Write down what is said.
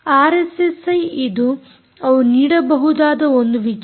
RSSI ಇದು ಅವು ನೀಡಬಹುದಾದ ಒಂದು ವಿಚಾರ